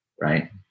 right